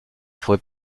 fue